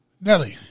Nelly